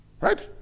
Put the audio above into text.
right